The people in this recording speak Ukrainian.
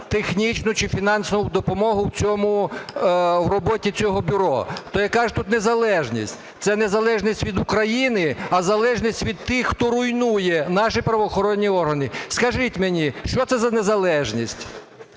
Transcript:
технічну чи фінансову допомогу у роботі цього бюро. То яка ж тут незалежність? Це незалежність від України, а залежність від тих, хто руйнує наші правоохоронні органи. Скажіть мені, що це за незалежність?